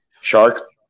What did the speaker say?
shark